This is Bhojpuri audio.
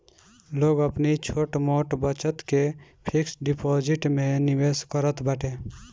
लोग अपनी छोट मोट बचत के फिक्स डिपाजिट में निवेश करत बाटे